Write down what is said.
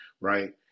right